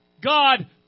God